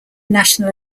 national